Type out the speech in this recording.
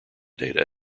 data